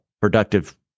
productive